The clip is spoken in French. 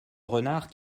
renard